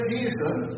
Jesus